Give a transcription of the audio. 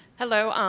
hello. um